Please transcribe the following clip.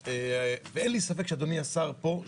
אין לי ספק שאדוני השר פה,